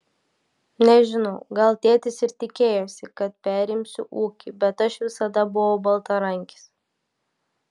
nežinau gal tėtis ir tikėjosi kad perimsiu ūkį bet aš visada buvau baltarankis